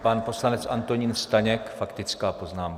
Pan poslanec Antonín Staněk, faktická poznámka.